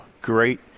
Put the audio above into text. Great